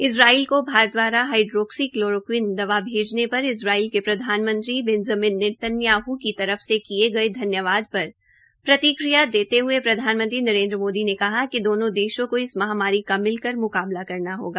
Israel को भारत द्वारा hydroxychloroquine दवा भैजने पर इज़रायल के प्रधानमंत्री बेंज़मिन नेतन्याह की तरफ से किये गये धन्यवाद पर प्रतिक्रिया देते हये प्रधानमंत्री नरेन्द्र मोदी ने कहा कि दोनों देशों का इस महामारी का मिलकर म्काबला करना होगा